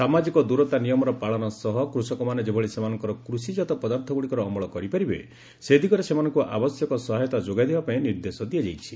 ସାମାଜିକ ଦୂରତା ନିୟମର ପାଳନ ସହ କୃଷକମାନେ ଯେଭଳି ସେମାନଙ୍କର କୃଷିଜାତ ପଦାର୍ଥଗୁଡ଼ିକର ଅମଳ କରିପାରିବେ ସେ ଦିଗରେ ସେମାନଙ୍କୁ ଆବଶ୍ୟକ ସହାୟତା ଯୋଗାଇ ଦେବା ପାଇଁ ନିର୍ଦ୍ଦେଶ ଦିଆଯାଇଛି